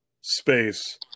space